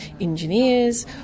engineers